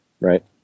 right